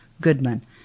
Goodman